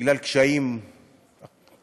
בגלל קשיים אחרים,